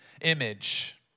image